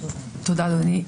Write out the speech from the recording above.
תודה, אדוני.